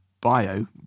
bio